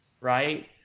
right